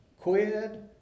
quid